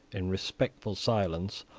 in respectful silence,